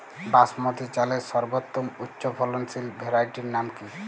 বাসমতী চালের সর্বোত্তম উচ্চ ফলনশীল ভ্যারাইটির নাম কি?